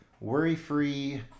worry-free